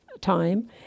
time